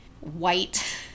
white